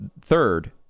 third